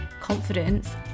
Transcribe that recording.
confidence